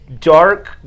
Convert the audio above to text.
dark